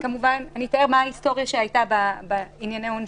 אני אתאר מה ההיסטוריה שהייתה בענייני עונשין.